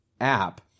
app